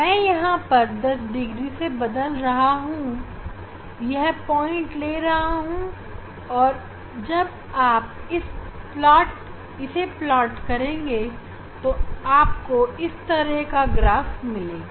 मैं यहां पर 10 डिग्री से बदल कर यह पॉइंट ले रहा हूं और जब आप इसे प्लाट करेंगे आपको इस तरह का ग्राफ़ मिलेगा